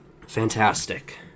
Fantastic